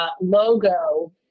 logo